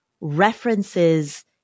references